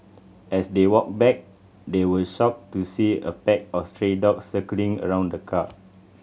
as they walked back they were shocked to see a pack of stray dogs circling around the car